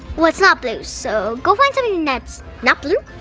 well, it's not blue so go find something that's not blue.